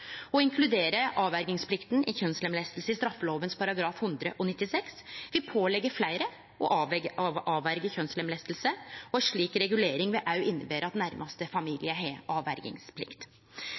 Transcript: Å inkludere avverjingsplikta i kjønnslemlesting i straffeloven § 196 vil påleggje fleire å avverje kjønnslemlesting, og ei slik regulering vil òg innebere at næraste familie har